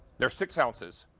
they're six ounces.